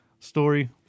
Story